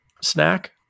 snack